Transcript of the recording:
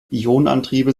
ionenantriebe